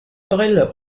brille